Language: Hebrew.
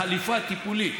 החליפה הטיפולית.